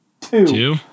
Two